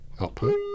output